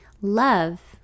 Love